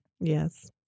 Yes